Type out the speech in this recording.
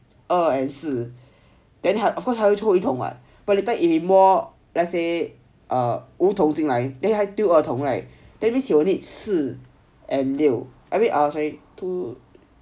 二 and 四 then of course 还会出一筒 [what] but by the time he 摸 let's say a 无头进来 then he 丢二筒进来 right that means you'll need 四 and 六 ah sorry he need